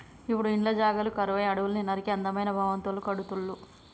ఇప్పుడు ఇండ్ల జాగలు కరువై అడవుల్ని నరికి అందమైన భవంతులు కడుతుళ్ళు